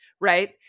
Right